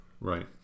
Right